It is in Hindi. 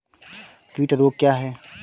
कीट रोग क्या है?